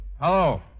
Hello